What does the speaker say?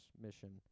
mission